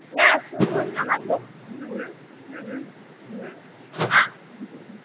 না শুনুন আমার হুম হুম হুম হুম হুম হুম হুম